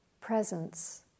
presence